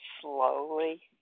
slowly